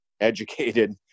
educated